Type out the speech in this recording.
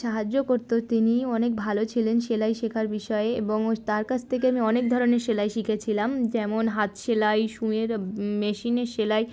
সাহায্য করত তিনি অনেক ভালো ছিলেন সেলাই শেখার বিষয়ে এবং তার কাছ থেকে আমি অনেক ধরনের সেলাই শিখেছিলাম যেমন হাত সেলাই সুঁচের মেশিনের সেলাই